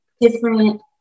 different